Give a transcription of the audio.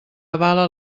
avala